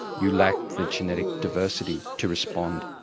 you lack the genetic diversity to respond,